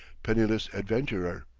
penniless adventurer.